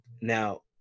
now